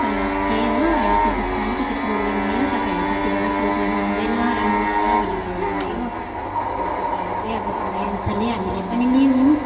चलाएको थिएँ हो अहिले चाहिँ त्यसमा अलिकति प्रब्लम आयो तपाईँलाई त्यति बेला प्रब्लम आउँदैन राम्रो छ भनेर भन्नुभयो अन्त तपाईँहरूकै अब भनाइ अनुसारले हामीले पनि लियौँ